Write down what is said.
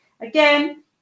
Again